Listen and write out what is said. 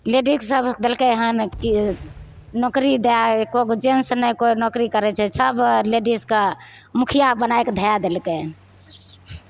लेडिजसभ देलकै हन कि नौकरी दए एक्को गो जेन्स नहि कोइ नौकरी करै छै सभ लेडिजके मुखिया बनाए कऽ धऽ देलकै हन